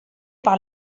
par